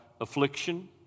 affliction